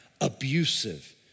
Abusive